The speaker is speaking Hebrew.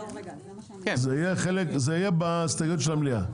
זה יהיה בהסתייגויות של המליאה.